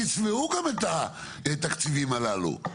תצבעו גם את התקציבים הללו.